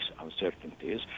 uncertainties